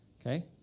okay